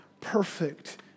perfect